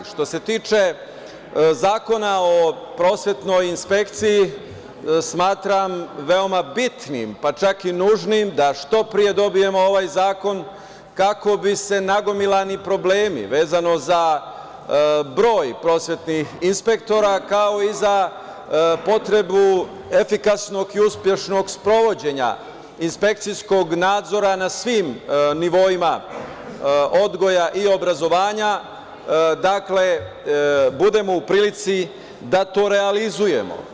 Što se tiče zakona o prosvetnoj inspekciji, smatram veoma bitnim, pa čak i nužnim, da što pre dobijemo ovaj zakon kako bi se nagomilani problemi vezano za broj prosvetnih inspektora, kao i za potrebu efikasnog i uspešnog sprovođenja inspekcijskog nadzora na svim nivoima odgoja i obrazovanja, dakle, da budemo u prilici da to realizujemo.